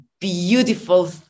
beautiful